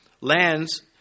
lands